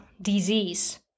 disease